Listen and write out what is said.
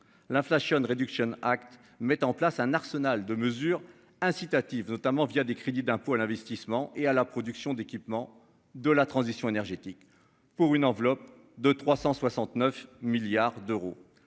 L'inflation réduction Act mettent en place un arsenal de mesures incitatives, notamment via des crédits d'impôt à l'investissement et à la production d'équipements de la transition énergétique pour une enveloppe de 369 milliards d'euros